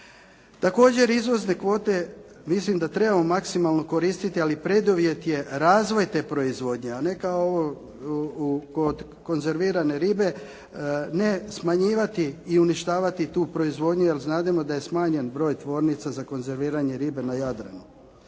Također izvozne kvote mislim da trebamo maksimalno koristiti ali preduvjet je razvoj te proizvodnje a ne kao ovo kod konzervirane ribe ne smanjivati i uništavati tu proizvodnju jer znademo da je smanjen broj tvornica za konzerviranje ribe na Jadranu.